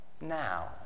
now